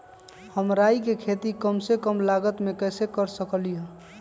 हम राई के खेती कम से कम लागत में कैसे कर सकली ह?